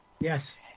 Yes